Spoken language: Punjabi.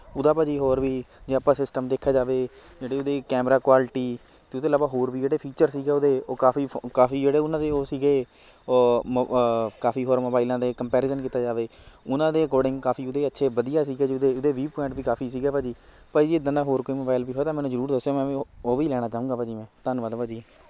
ਉਹਦਾ ਭਾਅ ਜੀ ਹੋਰ ਵੀ ਜੇ ਆਪਾਂ ਸਿਸਟਮ ਦੇਖਿਆ ਜਾਵੇ ਜਿਹੜੀ ਉਹਦੀ ਕੈਮਰਾ ਕੁਆਲਿਟੀ ਅਤੇ ਉਸ ਤੋਂ ਇਲਾਵਾ ਹੋਰ ਵੀ ਜਿਹੜੇ ਫੀਚਰ ਸੀਗੇ ਉਹਦੇ ਓਹ ਕਾਫੀ ਕਾਫੀ ਜਿਹੜੇ ਉਹਨਾਂ ਦੇ ਉਹ ਸੀਗੇ ਉਹ ਮ ਕਾਫੀ ਹੋਰ ਮੋਬਾਈਲਾਂ ਦੇ ਕੰਪੈਰੀਜ਼ਨ ਕੀਤਾ ਜਾਵੇ ਉਹਨਾਂ ਦੇ ਅਕੋਡਿੰਗ ਕਾਫੀ ਉਹਦੇ ਅੱਛੇ ਵਧੀਆ ਸੀਗੇ ਜੀ ਉਹਦੇ ਉਹਦੇ ਵੀਹ ਪੁਆਇੰਟ ਵੀ ਕਾਫੀ ਸੀਗਾ ਭਾਅ ਜੀ ਭਾਅ ਜੀ ਇੱਦਾਂ ਦਾ ਹੋਰ ਕੋਈ ਮੋਬਾਈਲ ਵੀ ਹੋਇਆ ਤਾਂ ਮੈਨੂੰ ਜ਼ਰੂਰ ਦੱਸਿਓ ਮੈਂ ਵੀ ਉਹ ਉਹ ਵੀ ਲੈਣਾ ਚਾਹੂੰਗਾ ਭਾਅ ਜੀ ਮੈਂ ਧੰਨਵਾਦ ਭਾਅ ਜੀ